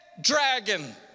dragon